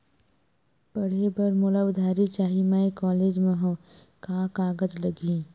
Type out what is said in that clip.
पढ़े बर मोला उधारी चाही मैं कॉलेज मा हव, का कागज लगही?